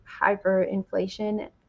hyperinflation